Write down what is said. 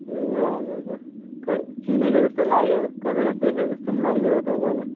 ए हजुर हजुर खोइ चिनेको जस्तो लाग्यो कता कता देखेँ जस्तो पनि लाग्यो हो तपाईँलाई